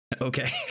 Okay